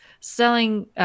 selling –